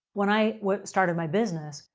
when i started my business,